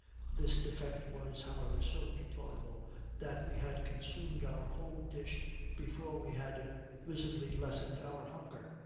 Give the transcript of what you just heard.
this defect was however so deplorable that we had consumed our whole dish before we had visibly lessened our hunger.